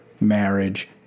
marriage